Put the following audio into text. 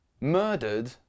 murdered